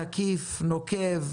תקיף, נוקב,